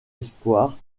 espoir